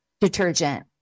detergent